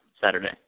Saturday